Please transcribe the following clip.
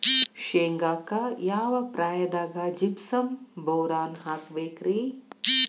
ಶೇಂಗಾಕ್ಕ ಯಾವ ಪ್ರಾಯದಾಗ ಜಿಪ್ಸಂ ಬೋರಾನ್ ಹಾಕಬೇಕ ರಿ?